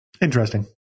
Interesting